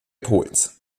polens